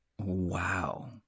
Wow